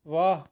ਵਾਹ